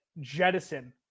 jettison